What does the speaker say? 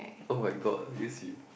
oh-my-god yes you